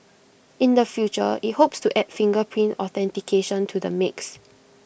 in the future IT hopes to add fingerprint authentication to the mix